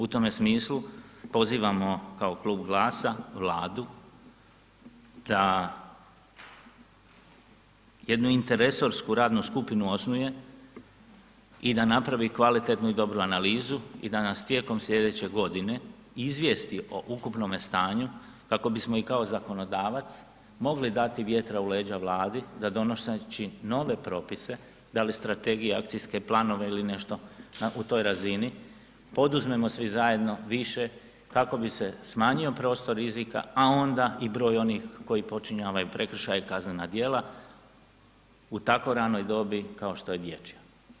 U tom smislu pozivamo kao Klub GLAS-a, Vladu da jednu interresorsku radnu skupinu osnuje i da napravi kvalitetnu i dobru analizu i da nas tijekom sljedeće godine izvijesti o ukupnome stanju kako bismo i kao zakonodavac mogli dati vjetra u leđa Vladi da donoseći nove propise, da li strategije, akcijske planove ili nešto u toj razini, poduzmemo svi zajedno više kako bi se smanjio prostor rizika, a onda i broj onih koji počinjavaju prekršaje i kaznena djela, u tako ranoj dobi kao što je dječja.